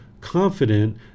confident